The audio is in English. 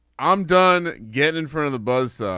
i'm done. get in front of the bus.